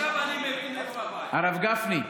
הרב גפני,